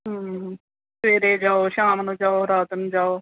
ਹਮ ਸਵੇਰੇ ਜਾਓ ਸ਼ਾਮ ਨੂੰ ਜਾਓ ਰਾਤ ਨੂੰ ਜਾਓ